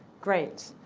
great.